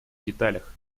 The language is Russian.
деталях